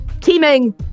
teaming